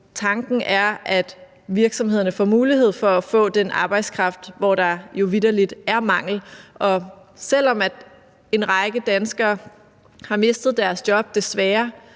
tanken er, at virksomhederne får mulighed for at få arbejdskraft på de områder, hvor der jo vitterlig er mangel på den. Selv om en række danskere desværre har mistet deres job, er